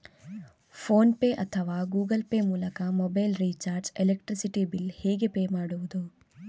Phone pay ಅಥವಾ Google Pay ಮೂಲಕ mobile recharge, electricity bill ಹೇಗೆ ಪೇ ಮಾಡುವುದು?